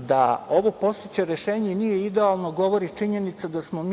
Da ovo postojeće rešenje nije idealno govori činjenica da smo mi